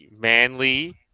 manly